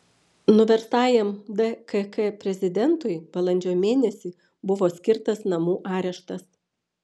nuverstajam dkk prezidentui balandžio mėnesį buvo skirtas namų areštas